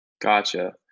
Gotcha